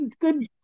good